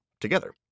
together